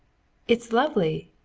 it is lovely!